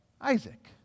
Isaac